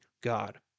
God